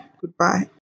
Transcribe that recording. Goodbye